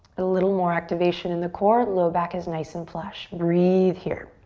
a little more activation in the core, low back is nice and flush. breathe here.